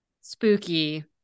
spooky